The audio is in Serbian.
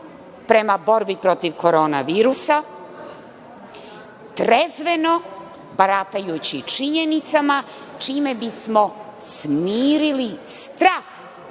prema borbi protiv Koronavirusa, trezveno baratajući činjenicama, čime bismo smirili strah